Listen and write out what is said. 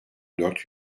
dört